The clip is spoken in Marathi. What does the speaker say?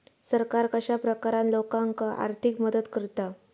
सरकार कश्या प्रकारान लोकांक आर्थिक मदत करता?